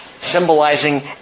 symbolizing